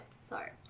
Sorry